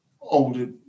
older